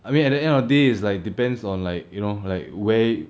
I mean at the end of the day is like depends on like you know like where